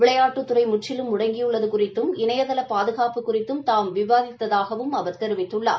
விளையாட்டுத்துறை முற்றிலும் முடங்கியுள்ளது குறித்தும் இணையதள பாதுகாப்பு குறித்தும் தாம் விவாதித்ததாகவும் அவர் தெரிவித்துள்ளார்